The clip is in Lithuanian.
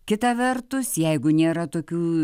kita vertus jeigu nėra tokių